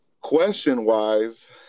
question-wise